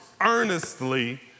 Earnestly